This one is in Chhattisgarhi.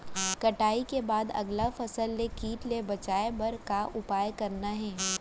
कटाई के बाद अगला फसल ले किट ले बचाए बर का उपाय करना हे?